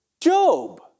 Job